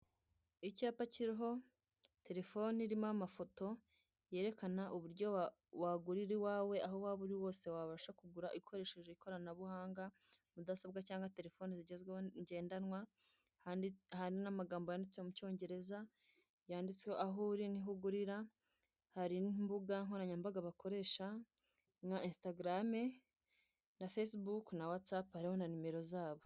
Icyapa kiriho Telefone irimo amafoto, yerekana uburyo wagurira iwawe aho waba uri hose wabasha kugura ukoresheje ikoranabuhanga, Mudasobwa cyangwa Telefoni zigezweho ngendanwa, hari n'amagambo yanditse mu cyongereza, yanditse aho uri niho ugurira, hari n'imbuga nkoranyambaga bakoresha nka, Instagram na Facebook na Wahatsapp hariho na nimero zabo.